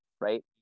right